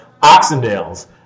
Oxendales